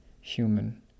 human